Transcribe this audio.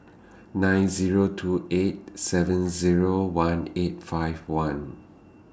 nine Zero two eight seven Zero one eight five one